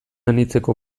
anitzeko